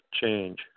change